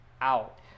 out